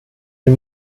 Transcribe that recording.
die